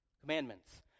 commandments